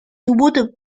would